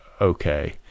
okay